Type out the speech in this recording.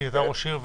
כי אתה ראש עיר,